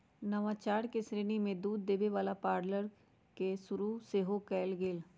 नवाचार के श्रेणी में दूध देबे वला पार्लर के शुरु सेहो कएल गेल